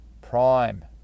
prime